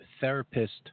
therapist